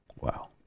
Wow